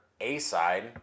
A-side